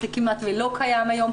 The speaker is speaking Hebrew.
זה כמעט ולא קיים היום,